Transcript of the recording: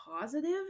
positive